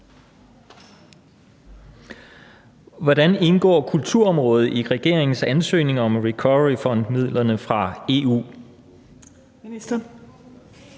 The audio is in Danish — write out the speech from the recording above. Hvordan indgår kulturområdet i regeringens ansøgning om recovery fund-midlerne fra EU? Fjerde